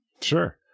Sure